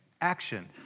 action